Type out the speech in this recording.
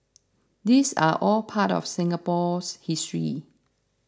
these are all part of Singapore's history